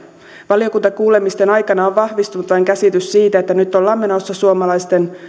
valiokuntakuulemisten aikana on vain vahvistunut käsitys siitä että nyt ollaan menossa suomalaisten